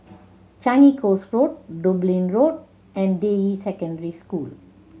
Changi Coast Road Dublin Road and Deyi Secondary School